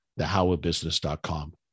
thehowofbusiness.com